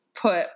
put